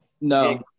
No